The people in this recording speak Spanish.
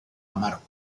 amargo